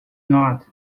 not